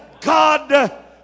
God